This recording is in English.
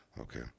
Okay